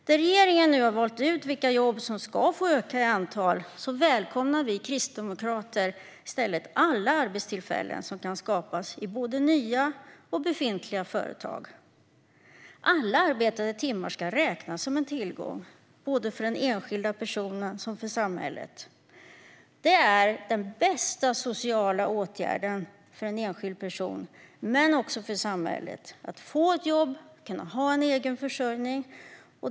Där regeringen nu har valt ut vilka jobb som ska få öka i antal välkomnar vi kristdemokrater i stället alla arbetstillfällen som kan skapas i både nya och befintliga företag. Alla arbetade timmar ska räknas som en tillgång såväl för den enskilda personen som för samhället. Detta är den bästa sociala åtgärden för en enskild person men också för samhället: att få ett jobb och kunna ha en egen försörjning.